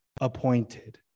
appointed